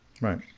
right